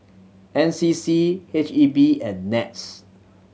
N C C H E B and NETS